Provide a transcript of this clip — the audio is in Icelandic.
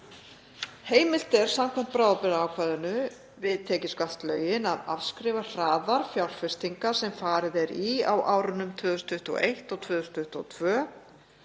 Heimilt er samkvæmt bráðabirgðaákvæðinu við tekjuskattslögin að afskrifa hraðar fjárfestingar sem farið er í á árunum 2021 og 2022.